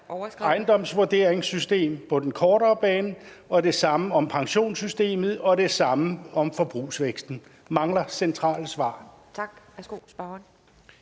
ejendomsvurderingssystem på den kortere bane og det samme om pensionssystemet og det samme om forbrugsvæksten? Der mangler centrale svar.